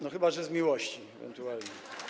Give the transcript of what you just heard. No, chyba że z miłości ewentualnie.